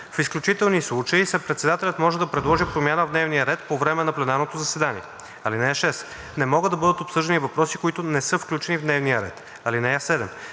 В изключителни случаи председателят може да предложи промяна в дневния ред по време на пленарното заседание. (6) Не могат да бъдат обсъждани въпроси, които не са включени в дневния ред. (7)